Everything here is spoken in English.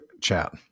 chat